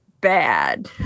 bad